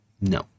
No